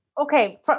okay